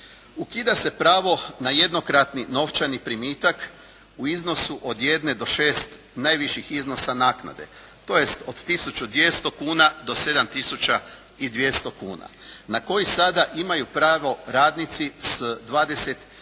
Ukida se pravo na jednokratni novčani primitak u iznosu od 1 do 6 najviših iznosa naknade tj. od 1200 kuna do 7200 kuna na koji sada imaju pravo radnici s 20